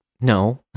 no